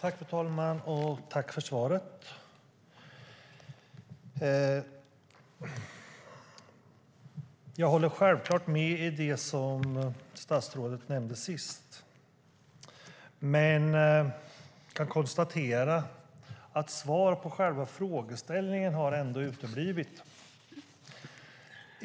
Fru talman! Jag tackar statsrådet för svaret. Jag håller självklart med om det som statsrådet nämnde sist, men jag kan konstatera att svaret på själva frågeställningen uteblev.